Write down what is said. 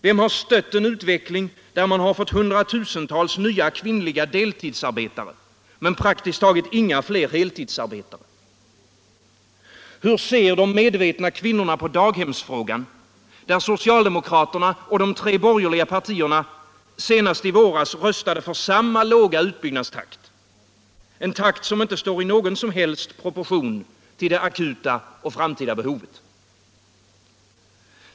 Vem har stött en utveckling, där man fått hundratusentals nya kvinnliga deltidsarbetare men praktiskt taget inga fler heltidsarbetare? Hur ser de medvetna kvinnorna på daghemsfrågan, där socialdemokraterna och de tre borgeriiga partierna senast i våras röstade för samma låga utbyggnadstakt - en takt som inte står i någon som helst proportion till det akuta och framtida behovet?